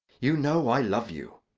you know i love you.